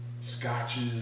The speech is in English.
scotches